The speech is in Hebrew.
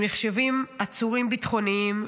הם נחשבים עצורים ביטחוניים.